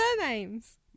surnames